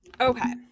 okay